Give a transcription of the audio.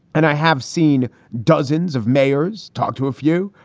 and i have seen dozens of mayors talk to a few,